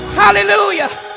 hallelujah